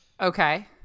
Okay